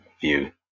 view